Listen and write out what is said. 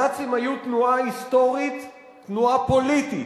הנאצים היו תנועה היסטורית, תנועה פוליטית.